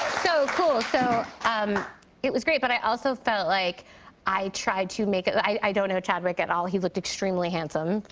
so cool. so um it was great. but i also felt like i tried to make i don't know chadwick at all. he looked extremely handsome,